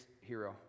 hero